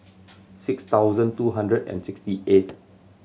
six thousand two hundred and sixty eighth